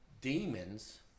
demons